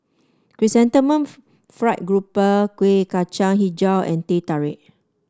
Chrysanthemum Fried Grouper Kuih Kacang hijau and Teh Tarik